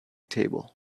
table